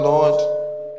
Lord